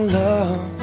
love